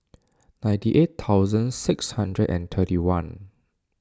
ninety eight thousand six hundred and thirty one